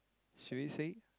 should we say